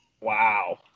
Wow